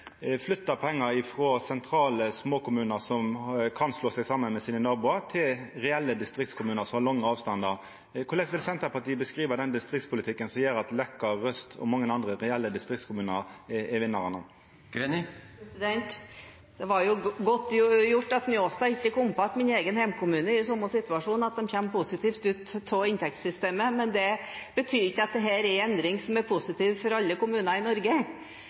flyttar pengar frå sentrale småkommunar som kan slå seg saman med naboane sine, til reelle distriktskommunar som har lange avstandar. Korleis vil Senterpartiet beskriva den distriktspolitikken som gjer at Leka, Røst og mange andre reelle distriktskommunar er vinnarane? Det var godt gjort at Njåstad ikke kom på at min egen hjemkommune er i samme situasjon – den kommer positivt ut av inntektssystemet, men det betyr ikke at dette er en endring som er positiv for alle kommuner i